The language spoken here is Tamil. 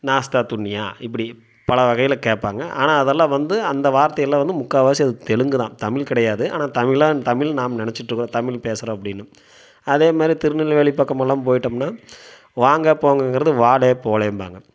நாஸ்தா துண்ணியா இப்படி பல வகையில் கேட்பாங்க ஆனால் அதெல்லாம் வந்து அந்த வார்த்தையெல்லாம் வந்து முக்கால்வாசி அது தெலுங்குதான் தமிழ் கிடையாது ஆனால் தமிழன் தமிழ்ன்னு நாம் நெனைச்சிட்ருக்கோம் தமிழ் பேசுகிறோம் அப்படின்னு அதே மாதிரி திருநெல்வேலி பக்கமெல்லாம் போயிட்டோம்னா வாங்க போங்கங்கிறதை வாலே போலேம்பாங்க